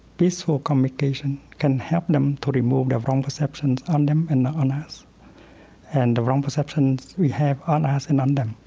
peaceful communication, can help them to remove their wrong perceptions on them and on us and the wrong perceptions we have on us and and